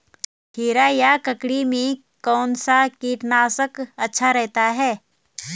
खीरा या ककड़ी में कौन सा कीटनाशक अच्छा रहता है?